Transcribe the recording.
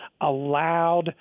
allowed